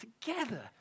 together